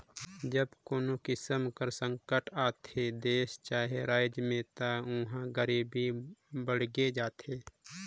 जब कोनो किसिम कर संकट आथे देस चहे राएज में ता उहां गरीबी बाड़गे जाथे